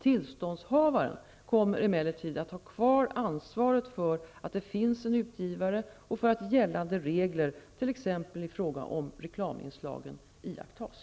Tillståndshavaren kommer emellertid att ha kvar ansvaret för att det finns en utgivare och för att gällande regler, t.ex. i fråga om reklaminslagen, iakttas.